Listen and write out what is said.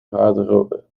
garderobe